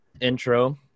intro